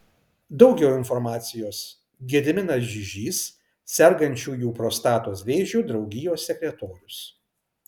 daugiau informacijos gediminas žižys sergančiųjų prostatos vėžiu draugijos sekretorius